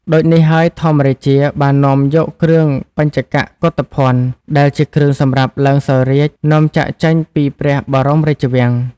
ដូចនេះហើយ ធម្មរាជាបាននាំយកគ្រឿងបញ្ចកកុធភណ្ឌ ដែលជាគ្រឿងសម្រាប់ឡើងសោយរាជ្យ នាំចាកចេញពីព្រះបរមរាជវាំង។